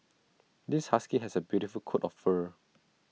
this husky has A beautiful coat of fur